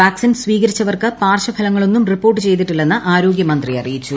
vaccine സ്വീകരിച്ചവർക്ക് പാർശ്ചക്കല്ങ്ങളൊന്നും report ചെയ്തിട്ടില്ലെന്ന് ആരോഗ്യമന്ത്രി അറിയ്യിച്ചു